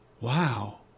Wow